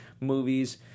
movies